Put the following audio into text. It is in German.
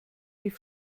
die